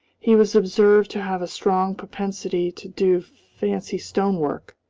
he was observed to have a strong propensity to do fancy stone-work.